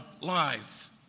life